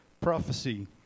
prophecy